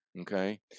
okay